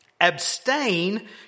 abstain